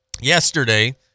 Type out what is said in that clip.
yesterday